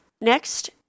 Next